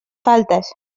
faltes